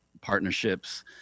partnerships